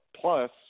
Plus